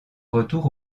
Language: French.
retour